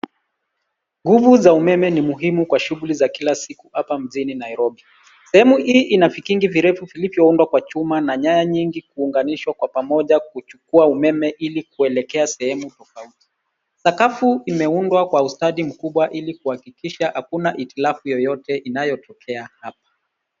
Nguvu za umeme ni muhimu kwa shughuli za kila siku hapa mjini Nairobi. Sehemu hii ina vikingi virefu vilivyoundwa kwa chuma na nyaya nyingi kuunganishwa kwa pamoja kuchukua umeme ili kuelekea sehemu tofauti. Sakafu imeundwa kwa ustadi mkubwa ili kuhakikisha akuna itirafu yoyote inayotokea hapa.